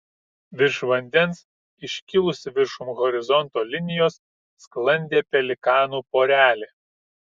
virš vandens iškilusi viršum horizonto linijos sklandė pelikanų porelė